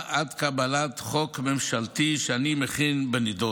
עד לקבלת חוק ממשלתי שאני מכין בנדון.